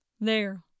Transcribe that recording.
There